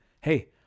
hey